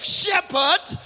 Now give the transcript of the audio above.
shepherd